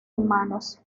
humanos